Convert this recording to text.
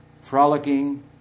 frolicking